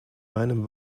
meinem